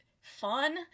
fun